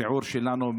השיעור שלנו,